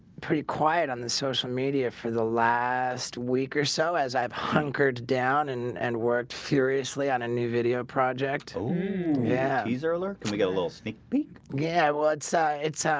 pretty quiet on the social media for the last week or so as i've hunkered down and and worked furiously on a new video project yeah user lurk, and we get a little sneak peek. yeah, well it's it's um